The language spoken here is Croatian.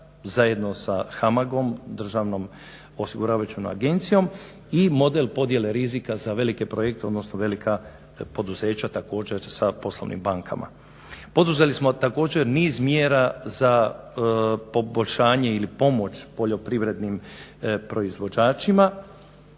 zajedno sa HAMAG-om, državnom osiguravajućom agencijom. I model podjele rizika za velike projekte odnosno velika poduzeća također sa poslovnim bankama. Poduzeli smo također niz mjera za poboljšanje ili pomoć poljoprivrednim proizvođačima.